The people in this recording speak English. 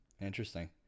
Interesting